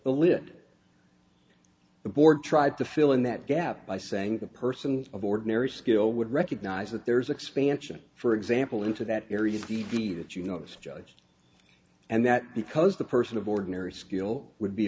the lid the board tried to fill in that gap by saying the person of ordinary skill would recognise that there is expansion for example into that area t v that you noticed judged and that because the person of ordinary skill would be